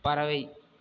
பறவை